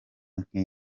nk’ibi